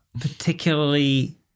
...particularly